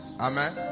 Amen